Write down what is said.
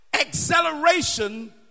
acceleration